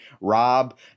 Rob